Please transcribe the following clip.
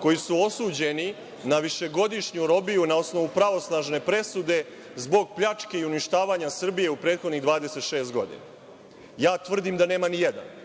koji su osuđeni na višegodišnju robiju na osnovu pravosnažne presude zbog pljačke i uništavanja Srbije u prethodnih 26 godina? Ja tvrdim da nema ni jedan,